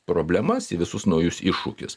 problemas į visus naujus iššūkius